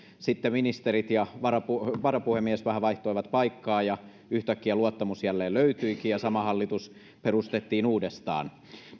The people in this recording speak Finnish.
sitten ministerit ja varapuhemies varapuhemies vähän vaihtoivat paikkoja ja yhtäkkiä luottamus jälleen löytyikin ja sama hallitus perustettiin uudestaan